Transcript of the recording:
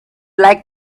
like